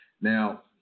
Now